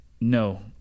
no